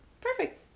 Perfect